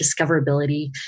discoverability